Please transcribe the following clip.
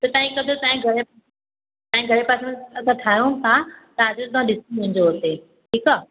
त तव्हांजे इयं कजो तव्हांजे घरि तव्हांजे घर जे पासे में अगरि ठाहियो त तव्हांजे ॾिसी वञजो उते ठीकु आहे